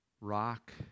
rock